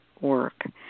work